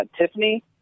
Tiffany